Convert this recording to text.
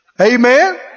Amen